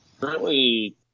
Currently